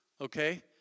okay